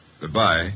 Goodbye